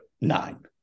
nine